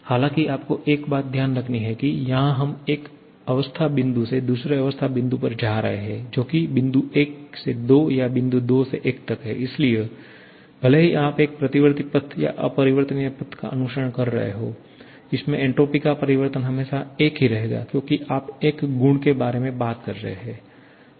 हालाँकि आपको एक बात ध्यान रखनी है की यहाँ हम एक अवस्था बिंदु से दूसरे अवस्था बिंदु पर जा रहे हैं जो कि बिंदु 1 से 2 या बिंदु 2 से 1तक है इसलिए भले ही आप एक प्रतिवर्ती पथ या अपरिवर्तनीय पथ का अनुसरण कर रहे हों इसमें एन्ट्रोपी का परिवर्तन हमेशा एक ही रहेगा क्योंकि आप एक गुण के बारे में बात कर रहे हैं